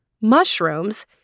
mushrooms